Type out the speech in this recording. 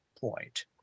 point